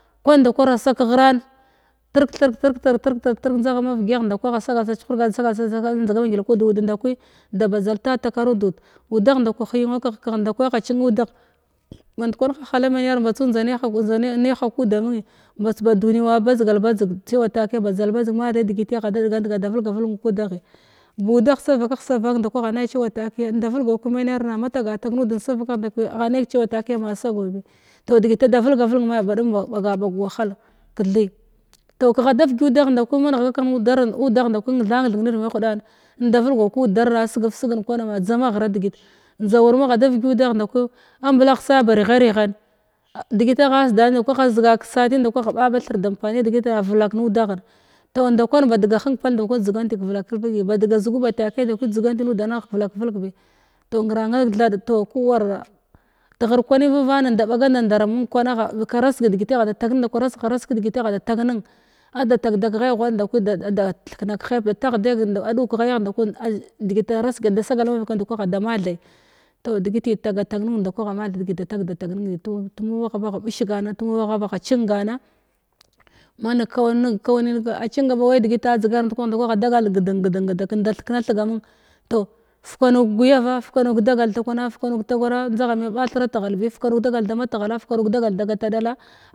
Kwan nda kwa rasa kaghran thirk thevk thirk njdagha mavgyagh nda kwa agha sagal sa chihurga sagal sa njdiga mangyl kud ud ndakwi da badzalta takaru dud udagh nda kwa henwa kagh kagh nda kwa agha cimnudagh mand kwan hahal menar mbatsu njda ne mbatsu njda ne ha kuda munnu mbats ba duni wa badzagal badzg cewa takiya badzal ma the degiti agha da degasdi afha da velganen ku daghi budagh sa vakagh sa vang nda kwi angha na’i takiya inda vulgau kamenar na ma tagatag nud in da vakagh ndaku agha na’i takiya ma sagawi toh degit ada vulga vulg ma’i badum ba baga bag wahal kathe toh kagh adav gyudagh ndaku manegha kak negh nudn nudagh ndakul nthan nirvid mahudan in da vulgau kudar na segev segen kwana man tsama ghra degit dzamaghva degit njda waur magha da vegyudagh ndaku amblagh sa ba reghareghan degit agha seda nin nda kwa agha zigan sati ndaku agha ba ba thir dampaniya degit a zulak nudaghen toh nda kwan badga heng pal ndaku dzuganti kavalek velg badga zugu ba take ndaku dzuganti nudanagh kavulak vulg bi toh nra nr thad kuwar ba tegr kwamm vavan inda baga nda dara mun kwana rasgha vaseg kadegit ada tag nenn ada tagda kaghai ghuad ndakwi da da thekna kahaip taghde a dug kaghatagh degit avaseg toh degiti da tad da tag nen ndkwa ma the toh tumu agha ba bish gana tumu agha ba cingama ma neg kwa neg kau nun kwam a cinga ba wai degit adzigar ndkwah ndaku agha dagal gaden geden mbatak inda thekna thig a mun toh fukanu kaguyava fukanu kadagal ta kwana fukanu kadagal takwana fukanu takwara njdigha me ba thira teghala bi fukanu kadagal d matghal fukanu kadagal da gata dala